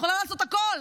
והיא יכולה לעשות הכול,